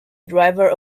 driver